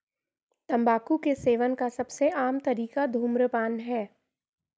तम्बाकू के सेवन का सबसे आम तरीका धूम्रपान है